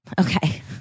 okay